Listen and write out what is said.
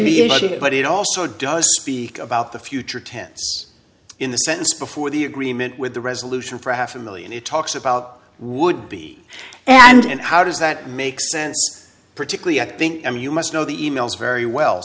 bit but it also does speak about the future tense in the sentence before the agreement with the resolution for half a million it talks about would be and how does that make sense particularly i think i mean you must know the emails very well